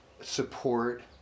support